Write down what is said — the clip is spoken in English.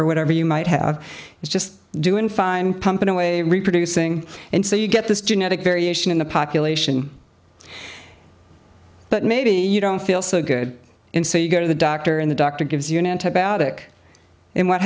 or whatever you might have is just doing fine pumping away reproducing and so you get this genetic variation in the population but maybe you don't feel so good and so you go to the doctor and the doctor gives you an antibiotic and what